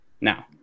now